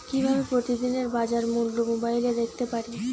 কিভাবে প্রতিদিনের বাজার মূল্য মোবাইলে দেখতে পারি?